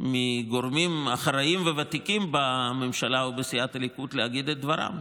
מגורמים אחראיים וותיקים בממשלה ובסיעת הליכוד להגיד את דברם,